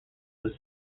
was